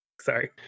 Sorry